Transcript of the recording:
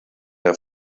der